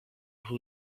who